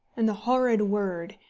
and the horrid word,